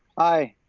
aye,